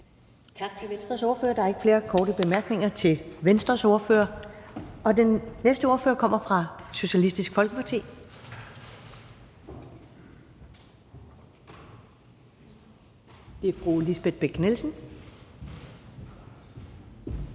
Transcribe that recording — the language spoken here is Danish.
Tak til Venstres ordfører. Der er ikke flere korte bemærkninger til Venstres ordfører. Den næste ordfører kommer fra Socialistisk Folkeparti, og det er fru Lisbeth Bech-Nielsen.